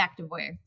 Activewear